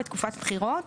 בתקופת בחירות,